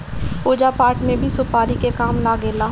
पूजा पाठ में भी सुपारी के काम लागेला